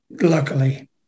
luckily